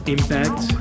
Impact